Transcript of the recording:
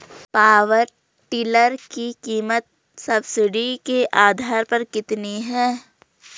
Power tiller की कीमत subsidy के आधार पर कितनी है?